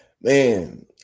Man